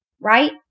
right